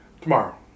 Tomorrow